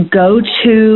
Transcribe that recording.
go-to